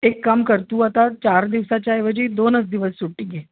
एक काम कर तू आता चार दिवसाच्या ऐवजी दोनच दिवस सुट्टी घे